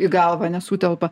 į galvą nesutelpa